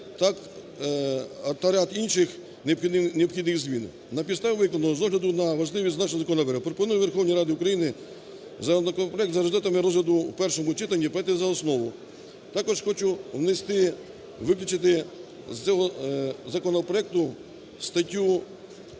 та ряд інших необхідних змін. На підставі викладеного, з огляду на важливість зазначеного законопроекту, пропоную Верховній Раді України законопроект за результатами розгляду у першому читанні прийняти за основу. Також хочу внести, виключити з цього законопроекту статтю